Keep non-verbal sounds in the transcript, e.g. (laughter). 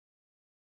(unintelligible)